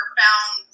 found